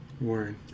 Word